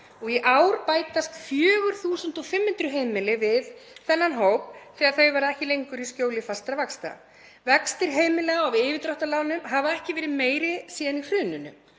og í ár bætast 4.500 heimili við þennan hóp þegar þau verða ekki lengur í skjóli fastra vaxta. Vextir heimilanna af yfirdráttarlánum hafa ekki verið meiri síðan í hruninu.